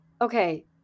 Okay